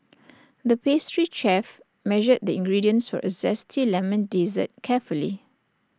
the pastry chef measured the ingredients for A Zesty Lemon Dessert carefully